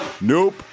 Nope